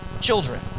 children